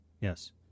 Yes